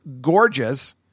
gorgeous